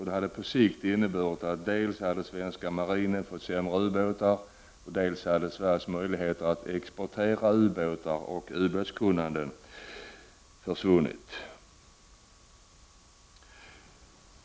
Det skulle på sikt innebära dels att den svenska marinen får sämre ubåtar, dels att Sveriges möjligheter att exportera ubåtar och ubåtskunnande försvinner.